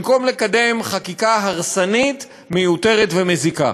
במקום לקדם חקיקה הרסנית, מיותרת ומזיקה.